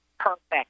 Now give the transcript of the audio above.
Perfect